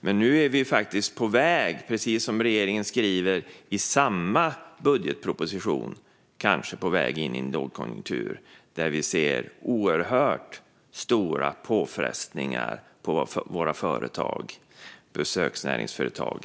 Men nu är vi, precis som regeringen skriver i samma budgetproposition, kanske på väg in i en lågkonjunktur, och vi ser oerhört stora påfrestningar på våra besöksnäringsföretag.